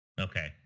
okay